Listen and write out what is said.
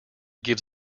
gives